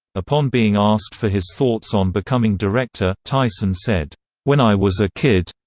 upon being asked for his thoughts on becoming director, tyson said when i was a kid.